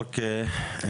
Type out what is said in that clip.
אוקיי.